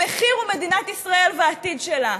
המחיר הוא מדינת ישראל והעתיד שלה.